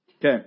Okay